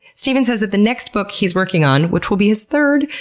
stephen says that the next book he's working on, which will be his third,